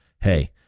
hey